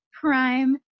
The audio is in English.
prime